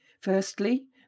Firstly